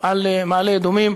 על מעלה-אדומים,